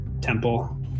temple